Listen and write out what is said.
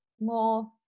more